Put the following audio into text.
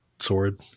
sword